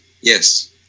Yes